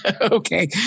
okay